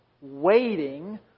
waiting